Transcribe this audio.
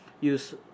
use